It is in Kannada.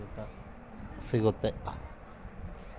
ಸರ್ ನಮಗೆ ಕೃಷಿ ಮೇಲೆ ಸಾಲ ಸಿಗುತ್ತಾ?